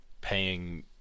paying